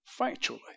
factually